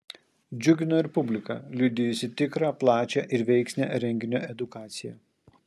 džiugino ir publika liudijusi tikrą plačią ir veiksnią renginio edukaciją